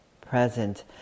present